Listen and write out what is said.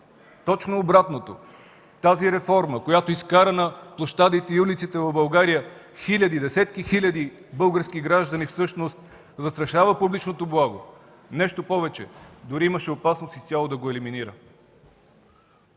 Точно обратното, тази реформа, която изкара на площадите и улиците в България хиляди, десетки хиляди български граждани всъщност застрашава публичното благо. Нещо повече, дори имаше опасност изцяло да го елиминира.